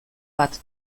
bat